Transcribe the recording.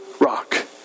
Rock